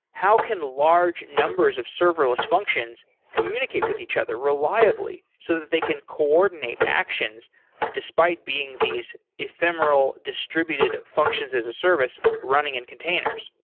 how can large numbers of serverless functions communicate with each other reliably so that they can coordinate actions despite being these ephemeral distributed functions as a service running in containers?